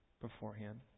beforehand